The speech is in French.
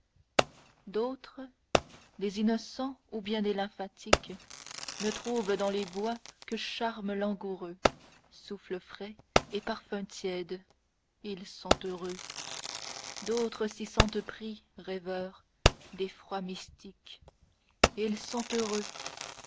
d'autres des innocents ou bien des lymphatiques ne trouvent dans les bois que charmes langoureux souffles frais et parfums tièdes ils sont heureux d'autres s'y sentent pris rêveurs deffrois mystiques ils sont heureux